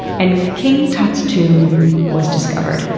and king tut's tomb was discovered.